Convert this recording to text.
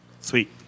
Sweet